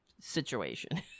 situation